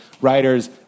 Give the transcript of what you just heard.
writers